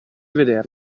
vederla